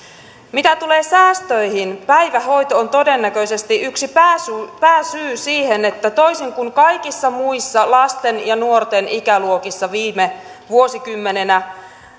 mitä tulee säästöihin päivähoito on todennäköisesti yksi pääsyy pääsyy siihen että toisin kuin kaikissa muissa lasten ja nuorten ikäluokissa viime vuosikymmenenä